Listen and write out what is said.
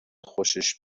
خوشش